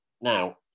Now